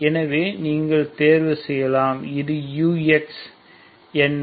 எனவே நீங்கள் தேர்வு செய்யலாம் இது நமது ux என்ன